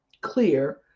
clear